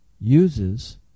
uses